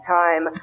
time